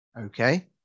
Okay